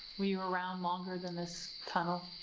were you around longer than this tunnel?